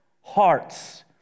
hearts